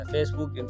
Facebook